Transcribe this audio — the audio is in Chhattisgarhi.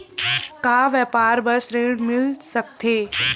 का व्यापार बर ऋण मिल सकथे?